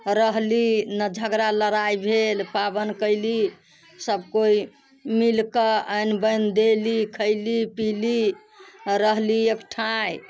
रहली ने झगड़ा लड़ाइ भेल पाबनि कैली सब कोइ मिलिके आइन बाइन देली खैली पीली रहली एक ठाम